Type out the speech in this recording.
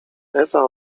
ewa